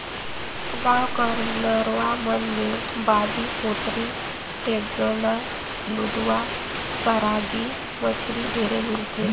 गाँव कर नरूवा मन में बांबी, कोतरी, टेंगना, लुदवा, सरांगी मछरी ढेरे मिलथे